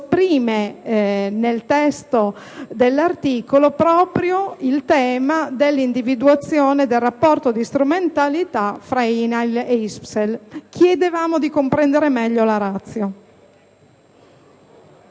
nel testo dell'articolo proprio il tema dell'individuazione del rapporto di strumentalità tra INAIL ed ISPESL. Chiediamo pertanto di comprendere meglio la *ratio*